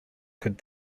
could